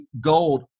gold